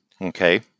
Okay